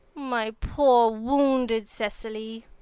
my poor wounded cecily!